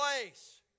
place